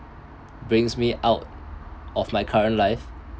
brings me out of my current life